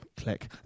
click